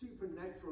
supernatural